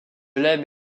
l’aime